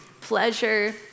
pleasure